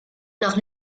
nach